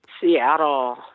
Seattle